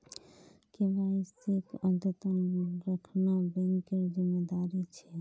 केवाईसीक अद्यतन रखना बैंकेर जिम्मेदारी छे